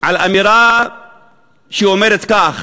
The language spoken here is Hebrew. על אמירה שאומרת כך: